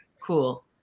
cool